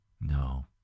No